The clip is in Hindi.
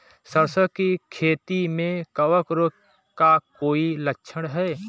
सरसों की खेती में कवक रोग का कोई लक्षण है?